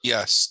Yes